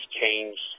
changed